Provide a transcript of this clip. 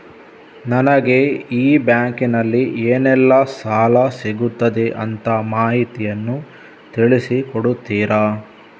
ನನಗೆ ಈ ಬ್ಯಾಂಕಿನಲ್ಲಿ ಏನೆಲ್ಲಾ ಸಾಲ ಸಿಗುತ್ತದೆ ಅಂತ ಮಾಹಿತಿಯನ್ನು ತಿಳಿಸಿ ಕೊಡುತ್ತೀರಾ?